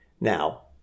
Now